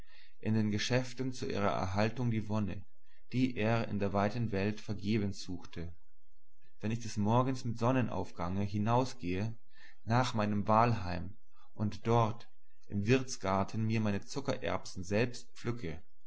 in den geschäften zu ihrer erhaltung die wonne die er in der weiten welt vergebens suchte wenn ich des morgens mit sonnenaufgange hinausgehe nach meinem wahlheim und dort im wirtsgarten mir meine zuckererbsen selbst pflücke